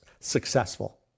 successful